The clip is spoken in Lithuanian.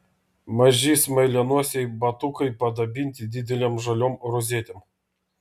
maži smailianosiai batukai padabinti didelėm žaliom rozetėm